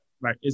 Right